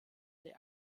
sie